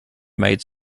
made